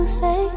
say